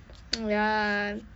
ya